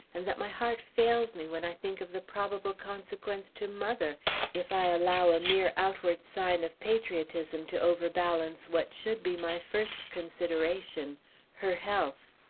and that my heart fails me when i think of the probable consequence to mother if i allow a mere outward sign of patriotism to overbalance what should be my first consideration her health.